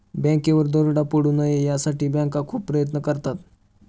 बँकेवर दरोडा पडू नये यासाठी बँका खूप प्रयत्न करतात